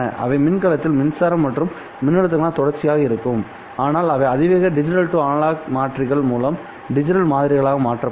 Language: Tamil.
அவை மின் களத்தில் மின்சாரம் மற்றும் மின்னழுத்தங்களாக தொடர்ச்சியாக இருக்கும் ஆனால் அவை அதிவேக டிஜிட்டல் to அனலாக் மாற்றிகள் மூலம் டிஜிட்டல் மாதிரிகளாக மாற்றப்படும்